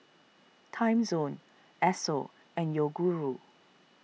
Timezone Esso and Yoguru